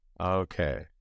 okay